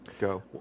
go